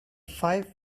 five